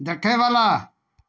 देखयवला